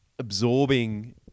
absorbing